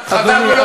חברים,